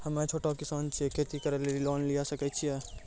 हम्मे छोटा किसान छियै, खेती करे लेली लोन लिये सकय छियै?